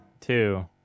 two